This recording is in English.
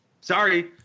Sorry